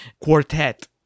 quartet